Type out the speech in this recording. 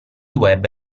web